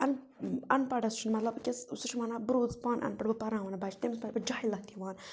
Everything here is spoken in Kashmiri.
اَن اَن پَڑَس چھُ مطلب أکِس سُہ چھُ وَنان بروسہٕ پانہٕ اَن پَڑھ بہٕ پَران وَنان بَچہِ تٔمِس پَتہٕ پَتہٕ جایہِ لَوان